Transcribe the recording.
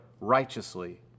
righteously